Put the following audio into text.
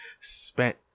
spent